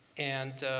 and